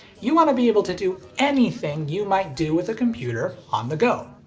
you want to be able to do anything you might do with a computer on the go.